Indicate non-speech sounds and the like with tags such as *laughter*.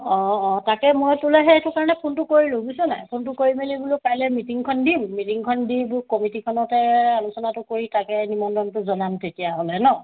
অঁ অঁ তাকে মই তোলৈ সেইটো কাৰণে ফোনটো কৰিলোঁ বুইছ নাই ফোনটো কৰি মেলি বোলো পাৰিলে মিটিংখন দিম মিটিংখন দি কমিটিখনক আলোচনাটো কৰি তাকে *unintelligible* জনাম তেতিয়াহ'লে ন